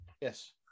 Yes